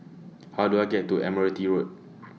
How Do I get to Admiralty Road